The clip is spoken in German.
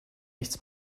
nichts